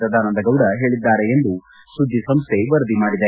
ಸದಾನಂದಗೌಡ ಹೇಳಿದ್ದಾರೆ ಎಂದು ಸುದ್ದಿ ಸಂಸ್ಥೆ ವರದಿ ಮಾಡಿದೆ